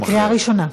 בקריאה ראשונה.